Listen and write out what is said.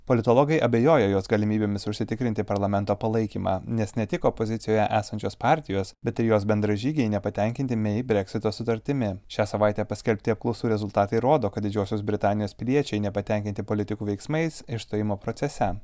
politologai abejoja jos galimybėmis užsitikrinti parlamento palaikymą nes ne tik opozicijoje esančios partijos bet ir jos bendražygiai nepatenkinti mei breksito sutartimi šią savaitę paskelbti apklausų rezultatai rodo kad didžiosios britanijos piliečiai nepatenkinti politikų veiksmais išstojimo procese